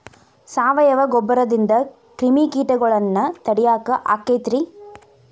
ಸಾವಯವ ಗೊಬ್ಬರದಿಂದ ಕ್ರಿಮಿಕೇಟಗೊಳ್ನ ತಡಿಯಾಕ ಆಕ್ಕೆತಿ ರೇ?